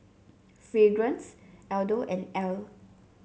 Fragrance Aldo and Elle